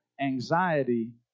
anxiety